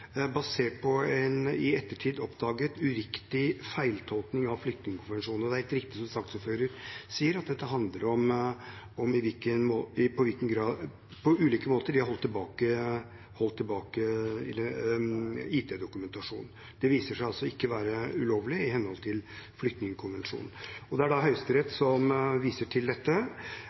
er helt riktig som saksordføreren sier, at dette handler om ulike måter de har holdt tilbake id-dokumentasjon på. Det viser seg altså ikke å være ulovlig i henhold til flyktningkonvensjonen, og det er Høyesterett som viser til dette.